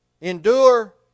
endure